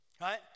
right